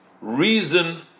reason